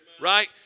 right